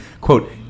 quote